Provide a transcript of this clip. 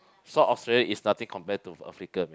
South Australia is nothing compare to Africa man